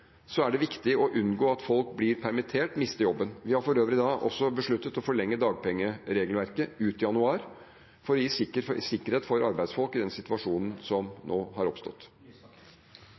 er det viktig å unngå at folk blir permittert og mister jobben. Vi har for øvrig også besluttet å forlenge dagpengeregelverket ut januar, for å gi sikkerhet for arbeidsfolk i den situasjonen som nå har oppstått.